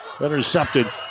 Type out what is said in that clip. Intercepted